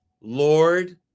Lord